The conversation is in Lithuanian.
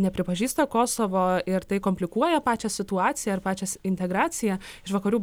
nepripažįsta kosovo ir tai komplikuoja pačią situaciją ir pačią integraciją iš vakarų